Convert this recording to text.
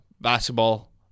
Basketball